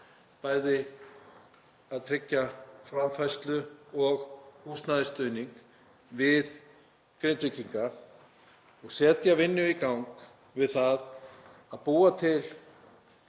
til að tryggja bæði framfærslu og húsnæðisstuðning við Grindvíkinga og setja vinnu í gang við að búa til